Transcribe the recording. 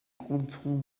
content